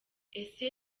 ese